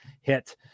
hit